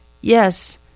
Yes